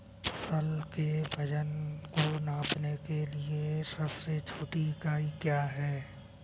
फसल के वजन को नापने के लिए सबसे छोटी इकाई क्या है?